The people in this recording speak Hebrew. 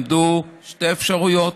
עמדו שתי אפשרויות: